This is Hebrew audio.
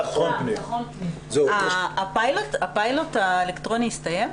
--- הפיילוט האלקטרוני הסתיים?